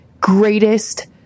greatest